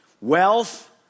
wealth